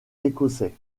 écossais